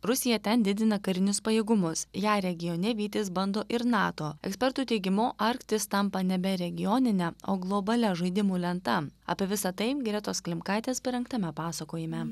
rusija ten didina karinius pajėgumus ją regione vytis bando ir nato ekspertų teigimu arktis tampa nebe regionine o globalia žaidimų lenta apie visa tai gretos klimkaitės parengtame pasakojime